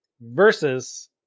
versus